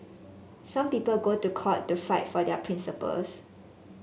some people go to court to fight for their principles